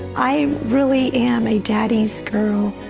i really am a daddy's girl.